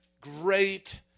great